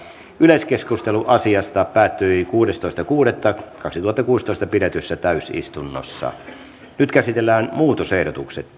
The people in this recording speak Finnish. yleiskeskustelu asiasta päättyi kuudestoista kuudetta kaksituhattakuusitoista pidetyssä täysistunnossa nyt käsitellään muutosehdotukset